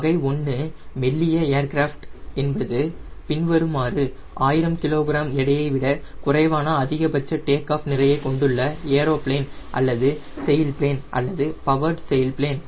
வகை 1 மெல்லிய ஏர்கிராப்ட் என்பது பின்வருமாறு 1000 kg ஐ விட குறைவான அதிகபட்ச டேக் ஆஃப் நிறையை கொண்டுள்ள ஏரோபிளேன் அல்லது செயில் பிளேன் அல்லது பவர்டு செயில் பிளேன்